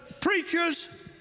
preachers